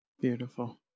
Beautiful